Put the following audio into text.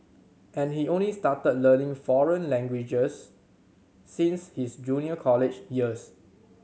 and he only started learning foreign languages since his junior college years